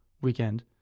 weekend